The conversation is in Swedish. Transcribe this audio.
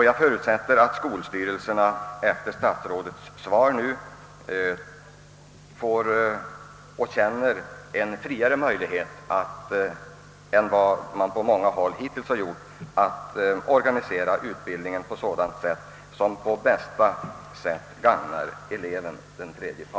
Jag förutsätter att skolstyrelserna sedan statsrådets svar nu offentliggjorts får och känner sig ha större möjlighet än de på många håll hittills ansett sig ha att organisera utbildningen så, att den på bästa sätt gagnar eleverna.